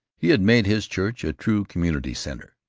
he had made his church a true community center.